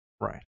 Right